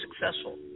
successful